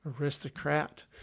aristocrat